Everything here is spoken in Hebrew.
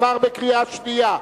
עברה בקריאה השנייה.